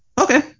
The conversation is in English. Okay